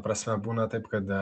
prasme būna taip kad